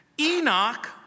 Enoch